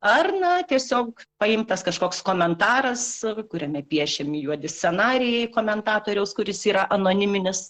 ar na tiesiog paimtas kažkoks komentaras kuriame piešiami juodi scenarijai komentatoriaus kuris yra anoniminis